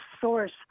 source